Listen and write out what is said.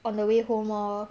on the way home lor